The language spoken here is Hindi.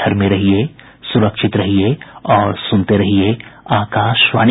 घर में रहिये सुरक्षित रहिये और सुनते रहिये आकाशवाणी